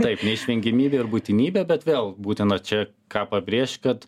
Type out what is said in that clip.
taip neišvengiamybė ir būtinybė bet vėl būtina čia ką pabrėžt kad